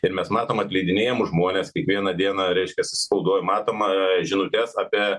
ir mes matom atleidinėjamus žmones kiekvieną dieną reiškias spaudoj matoma žinutes apie